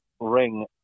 ring